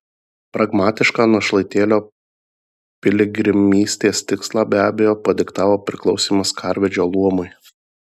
pragmatišką našlaitėlio piligrimystės tikslą be abejo padiktavo priklausymas karvedžio luomui